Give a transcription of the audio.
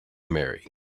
marry